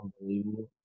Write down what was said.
unbelievable